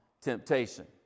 temptation